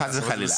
חס וחלילה.